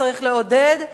צריך לעודד,